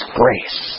grace